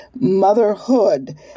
Motherhood